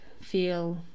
feel